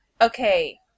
Okay